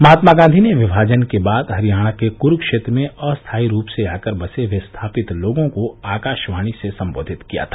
महात्मा गांधी ने विभाजन के बाद हरियाणा के क्रूक्षेत्र में अस्थाई रूप से आकर बसे विस्थापित लोगों को आकाशवाणी से संबोधित किया था